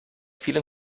vielen